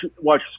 watch